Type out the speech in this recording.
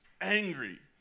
angry